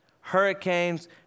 Hurricanes